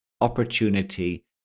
opportunity